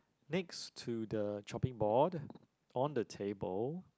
next to the chopping board on the table